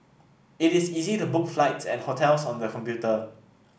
it is easy to book flights and hotels on the computer